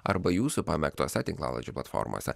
arba jūsų pamėgtose tinklalaidžių platformose